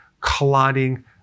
clotting